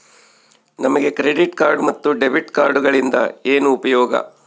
ನಮಗೆ credit card ಮತ್ತು debit ಕಾರ್ಡುಗಳಿಂದ ಏನು ಉಪಯೋಗ?